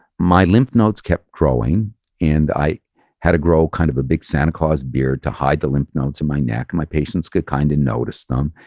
my lymph nodes kept growing and i had to grow kind of a big santa claus beard to hide the lymph nodes in my neck and my patients could kind of notice them.